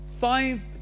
five